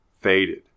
faded